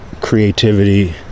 creativity